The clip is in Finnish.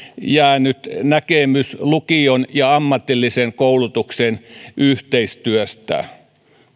jäänyt näkemys lukion ja ammatillisen koulutuksen yhteistyöstä